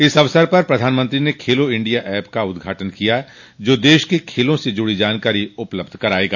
इस अवसर पर प्रधानमंत्री ने खेलो इंडिया एप का उदघाटन किया जो देश के खेलों से जुड़ी जानकारी उपलब्ध करायेगा